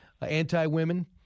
anti-women